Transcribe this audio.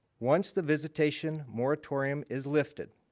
once the visitation moratorium is lifted,